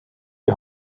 die